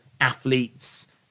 athletes